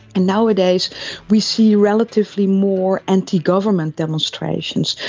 and nowadays we see relatively more anti-government demonstrations.